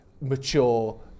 mature